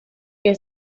que